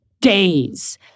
days